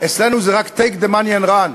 אצלנו זה רק Take the money and run.